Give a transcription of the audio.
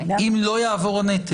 אם לא יעבור הנטל.